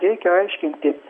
reikia aiškintis